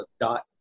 dot